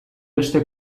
beste